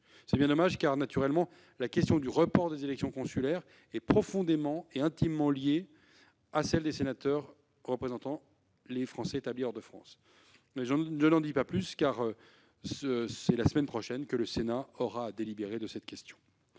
C'est bien dommage, car, naturellement, la question du report des élections consulaires est profondément et intimement liée à celle des sénateurs représentant les Français établis hors de France. Mais je n'en dis pas plus sur ce thème aujourd'hui, car c'est la semaine prochaine que le Sénat devra délibérer sur cette question.